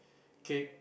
cake